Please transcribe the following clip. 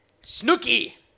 Snooky